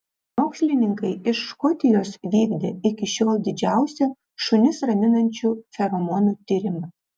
mokslininkai iš škotijos vykdė iki šiol didžiausią šunis raminančių feromonų tyrimą